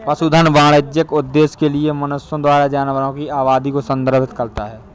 पशुधन वाणिज्यिक उद्देश्य के लिए मनुष्यों द्वारा जानवरों की आबादी को संदर्भित करता है